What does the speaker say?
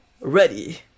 ready